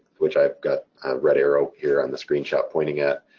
which i've got a red arrow here on the screenshot pointing at,